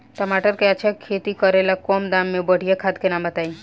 टमाटर के अच्छा खेती करेला कम दाम मे बढ़िया खाद के नाम बताई?